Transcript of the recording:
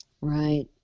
Right